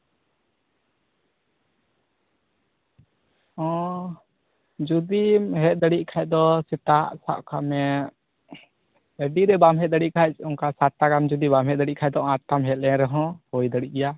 ᱚᱸᱻ ᱡᱩᱫᱤᱢ ᱦᱮᱡ ᱫᱟᱲᱮᱭᱟᱜ ᱠᱷᱟᱡ ᱫᱚ ᱥᱮᱛᱟᱜ ᱥᱟᱠ ᱠᱟᱜ ᱢᱮ ᱟᱹᱰᱤᱨᱮ ᱵᱟᱢ ᱦᱮᱡ ᱫᱟᱲᱮᱭᱟᱜ ᱠᱷᱟᱡ ᱚᱱᱠᱟ ᱥᱟᱛ ᱴᱟ ᱜᱟᱱ ᱡᱩᱫᱤ ᱵᱟᱢ ᱦᱮᱡ ᱫᱟᱲᱮᱭᱟᱜ ᱠᱷᱟᱡ ᱫᱚ ᱟᱴ ᱴᱟᱢ ᱦᱮᱡ ᱞᱮᱱ ᱨᱮᱦᱚᱸ ᱦᱩᱭ ᱫᱟᱲᱮᱜ ᱜᱮᱭᱟ